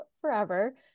forever